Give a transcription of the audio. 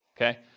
Okay